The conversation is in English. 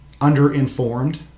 under-informed